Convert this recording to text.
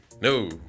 No